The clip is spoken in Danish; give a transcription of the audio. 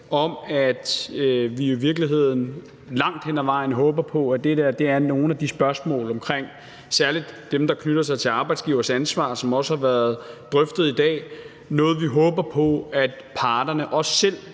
om, at vi i virkeligheden langt hen ad vejen håber på, at det er nogle af de spørgsmål – særlig dem, der knytter sig til arbejdsgivers ansvar, og som også har været drøftet i dag – som parterne også selv